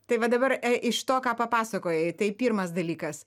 tai va dabar iš to ką papasakojai tai pirmas dalykas